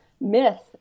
myth